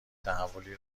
تحولی